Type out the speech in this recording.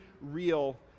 real